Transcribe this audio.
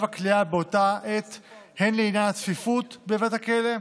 הכליאה באותה עת הן לעניין הצפיפות בבית הכלא,